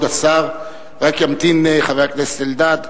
רק ימתין חבר הכנסת אלדד.